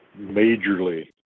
Majorly